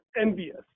envious